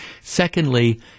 Secondly